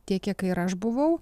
tiek kiek ir aš buvau